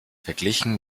verglichen